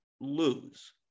lose